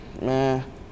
man